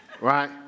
Right